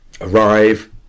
arrive